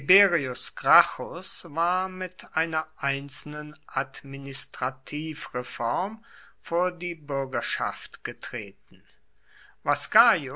war mit einer einzelnen administrativreform vor die bürgerschaft getreten was gaius